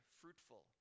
fruitful